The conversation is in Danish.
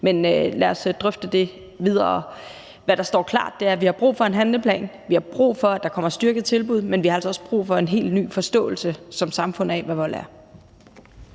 Men lad os drøfte det videre. Hvad der står klart, er, at vi har brug for en handleplan, og at vi har brug for, at der kommer styrkede tilbud, men vi har altså også som samfund brug for en helt ny forståelse af, hvad vold er.